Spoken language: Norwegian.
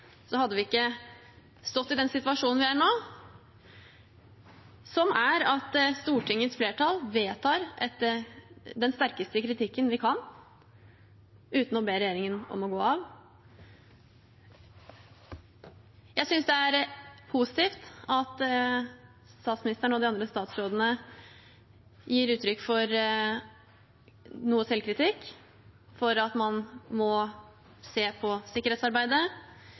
hadde vi ikke stått i den situasjonen vi er i nå; at Stortingets flertall vedtar den sterkeste kritikken vi kan uten å be regjeringen om å gå av. Jeg synes det er positivt at statsministeren og de andre statsrådene gir uttrykk for noe selvkritikk og at man må se på sikkerhetsarbeidet.